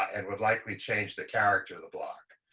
and would likely change the character of the block,